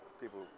people